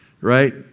right